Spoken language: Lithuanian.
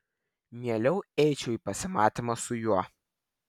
mieliau eičiau į pasimatymą su juo